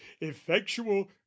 effectual